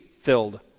filled